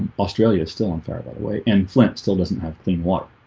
australia is still on fire by the way, and flint still doesn't have clean water